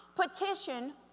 petition